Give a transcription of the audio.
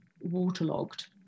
waterlogged